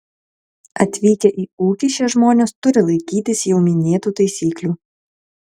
atvykę į ūkį šie žmonės turi laikytis jau minėtų taisyklių